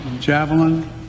Javelin